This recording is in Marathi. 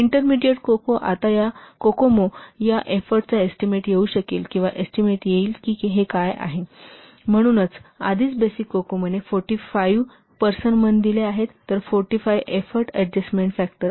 इंटरमीडिअट कोकोमो आता या एफोर्टचा एस्टीमेट येऊ शकेल किंवा एस्टीमेट येईल की हे काय होईल म्हणूनच आधीच बेसिक कोकोमो ने 45 पर्सन मंथ दिले आहेत तर 45 एफोर्ट अडजस्टमेन्ट फॅक्टर आहे